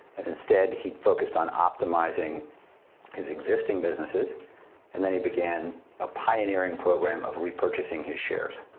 and instead, he'd focused on optimizing his existing businesses and then he began a pioneering program of repurchasing his shares.